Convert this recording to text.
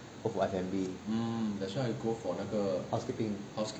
go for F&B housekeeping